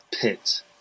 pit